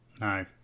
No